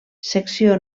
secció